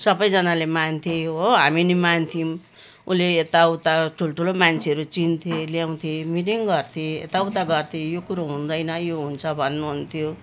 सबैजनाले मान्थे हो हामी नि मान्थ्यौँ उनले यता उता ठुल्ठुलो मान्छेहरू चिन्थे ल्याउँथे मिटिङ गर्थे यता उता गर्थे यो कुरो हुँदैन यो हुन्छ भन्नुहुन्थ्यो